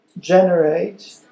generate